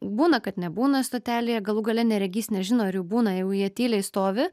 būna kad nebūna stotelėje galų gale neregys nežino ar jų būna jeigu jie tyliai stovi